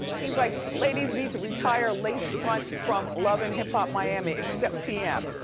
he's like, ladies need to retire laced front from love and hip hop miami except pm.